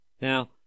Now